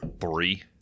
Three